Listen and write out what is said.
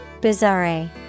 Bizarre